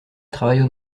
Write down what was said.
travaillent